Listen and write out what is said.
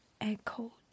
echoed